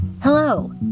Hello